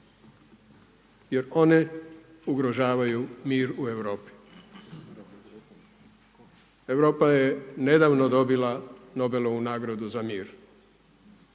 jer one ugrožavaju mir u Europi. Europa je nedavno dobila Nobelovu nagradu za mir.